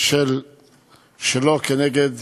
שלו נגד